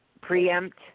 preempt